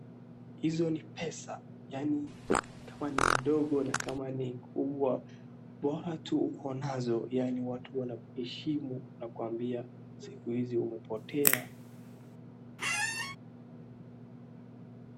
Hizo ni pesa, yaani kama ni mdogo na kama ni mkubwa, bora tu uko nazo yaani watu wanakuheshimu. Wanakuambia siku hizi umepotea.